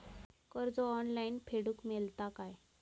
कर्ज ऑनलाइन फेडूक मेलता काय?